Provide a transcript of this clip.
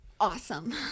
awesome